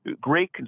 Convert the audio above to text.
great